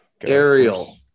Ariel